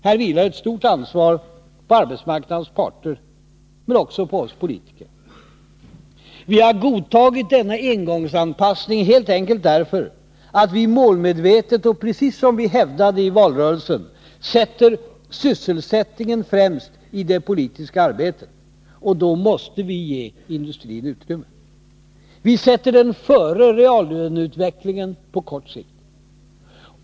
Här vilar ett stort ansvar på arbetsmarknadens parter men också på oss politiker. Vi har godtagit denna engångsanpassning helt enkelt därför att vi målmedvetet och, precis som vi hävdade i valrörelsen, sätter sysselsättningen främst i det politiska arbetet, och då måste vi ge industrin utrymme. Vi sätter sysselsättningen före reallöneutvecklingen på kort sikt.